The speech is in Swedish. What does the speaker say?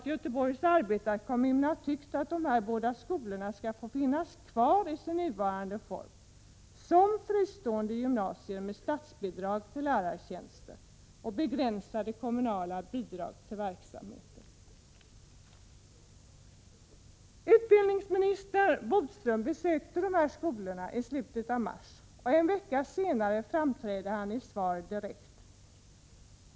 Göteborgs arbetarkommun har faktiskt tyckt att de här båda skolorna skall få finnas kvar i sin nuvarande form, som fristående gymnasier med statsbidrag till lärartjänster och begränsade kommunala bidrag till verksamheten. Utbildningsminister Bodström besökte de här skolorna i slutet av mars, och en vecka senare framträdde han i Svar direkt.